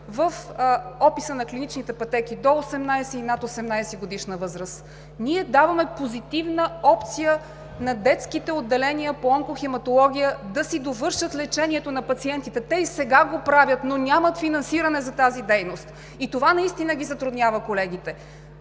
в описа на клиничните пътеки до 18 и над 18-годишна възраст. Ние даваме позитивна опция на детските отделения по онкохематология да си довършат лечението на пациентите. Те и сега го правят, но нямат финансиране за тази дейност. Това наистина затруднява колегите.